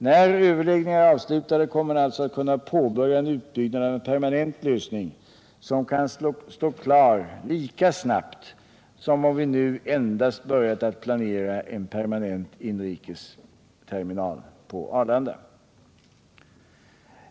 När överläggningarna är avslutade, kommer man alltså att kunna påbörja en utbyggnad av en permanent lösning, som kan stå klar lika snart som om vi nu endast börjat att planera en permanent inrikesterminal på Arlanda.